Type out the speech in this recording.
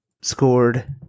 scored